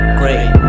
great